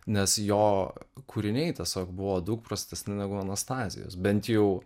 nes jo kūriniai tiesiog buvo daug prastesni negu anastazijos bent jau